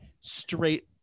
straight